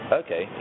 okay